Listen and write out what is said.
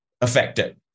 affected